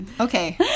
okay